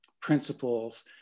principles